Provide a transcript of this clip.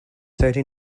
thirty